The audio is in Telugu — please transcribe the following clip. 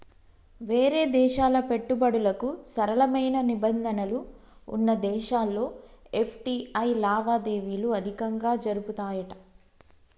వేరే దేశాల పెట్టుబడులకు సరళమైన నిబంధనలు వున్న దేశాల్లో ఎఫ్.టి.ఐ లావాదేవీలు అధికంగా జరుపుతాయట